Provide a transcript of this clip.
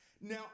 Now